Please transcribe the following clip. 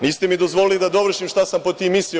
Niste mi dozvolili da dovršim šta sam pod tim mislio.